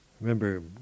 remember